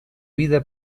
vida